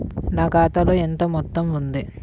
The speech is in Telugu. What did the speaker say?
నా ఖాతాలో ఎంత మొత్తం ఉంది?